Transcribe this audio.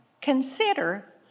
Consider